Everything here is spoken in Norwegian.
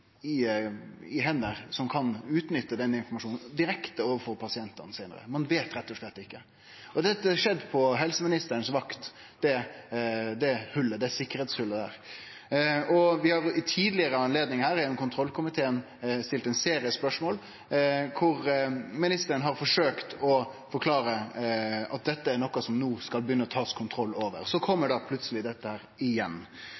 direkte overfor pasientane sine. Ein veit rett og slett ikkje. Dette sikkerheitsholet har kome på helseministerens vakt. Vi har ved tidlegare anledningar og gjennom kontrollkomiteen stilt ein serie spørsmål der ministeren har forsøkt å forklare at dette er noko som ein no skal begynne å ta kontroll over, og så kjem dette plutseleg igjen.